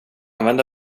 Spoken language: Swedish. använda